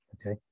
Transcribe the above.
Okay